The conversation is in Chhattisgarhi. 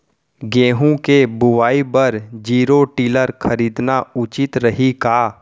गेहूँ के बुवाई बर जीरो टिलर खरीदना उचित रही का?